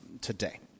today